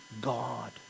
God